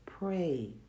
Pray